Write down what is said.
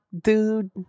dude